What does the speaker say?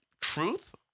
truth